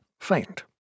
faint